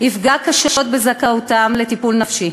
יפגע קשות בזכאותם לטיפול נפשי.